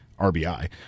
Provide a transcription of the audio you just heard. RBI